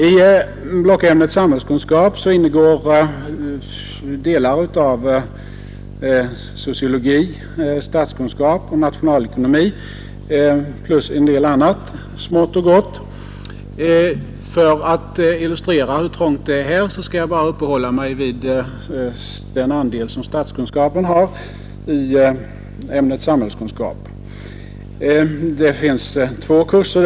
I blockämnet samhällskunskap ingår delar av sociologi, statskunskap och nationalekonomi plus en del annat smått och gott. För att illustrera hur trångt det är skall jag bara uppehålla mig vid den andel statskunskapen har i ämnet samhällskunskap. Det finns två kurser.